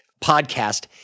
podcast